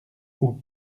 aux